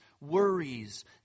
worries